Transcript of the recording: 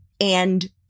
And-